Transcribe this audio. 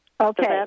Okay